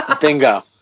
Bingo